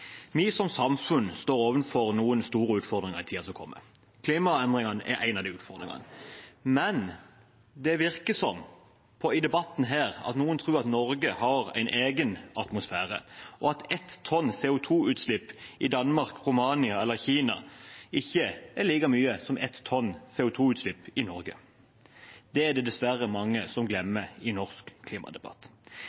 Vi som samfunn står overfor noen store utfordringer i tiden som kommer. Klimaendringene er en av de utfordringene. Men det virker i denne debatten som om noen tror at Norge har en egen atmosfære, og at 1 tonn CO 2 -utslipp i Danmark, Romania eller Kina ikke er like mye som 1 tonn CO 2 -utslipp i Norge. Det er det dessverre mange som